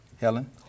Helen